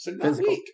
Physical